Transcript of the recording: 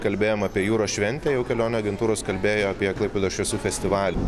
kalbėjom apie jūros šventę jau kelionių agentūros kalbėjo apie klaipėdos šviesų festivalį